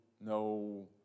No